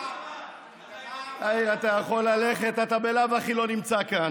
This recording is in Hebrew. אתה יכול ללכת, אתה בלאו הכי לא נמצא כאן.